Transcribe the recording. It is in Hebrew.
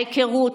ההיכרות,